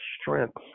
strength